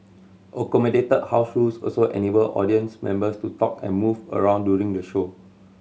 accommodated house rules also enabled audience members to talk and move around during the show